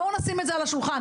בואו נשים את זה על השולחן.